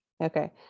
okay